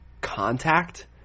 contact